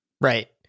Right